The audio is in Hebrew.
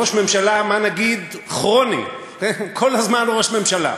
ראש ממשלה, מה נגיד, כרוני, כל הזמן ראש ממשלה.